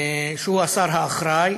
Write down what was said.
שהוא השר האחראי,